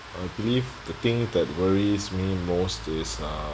I believe the thing that worries me most is uh